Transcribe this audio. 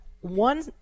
one